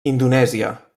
indonèsia